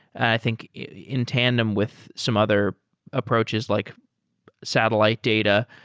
i think in tandem with some other approaches like satellite data.